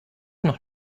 noch